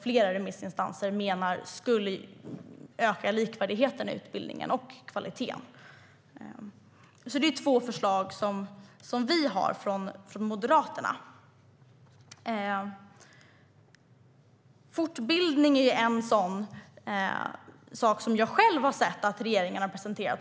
Flera remissinstanser menar också att det skulle öka likvärdigheten och kvaliteten i utbildningen. Det är två förslag som Moderaterna har. Jag har själv sett att fortbildning är en sak som regeringen har presenterat.